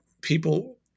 people